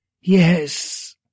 Yes